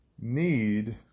need